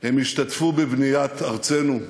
הם השתתפו בבניית ארצנו,